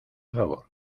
favor